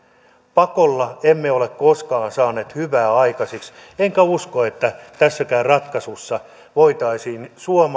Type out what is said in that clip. pakolla emme ole koskaan saaneet hyvää aikaiseksi enkä usko että tässäkään ratkaisussa voitaisiin suomalaista miestä